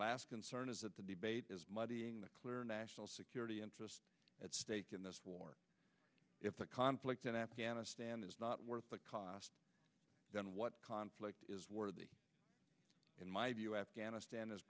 last concern is that the debate is muddying the clear national security interest at stake in this war if the conflict in afghanistan is not worth the cost then what conflict is worthy in my view afghanistan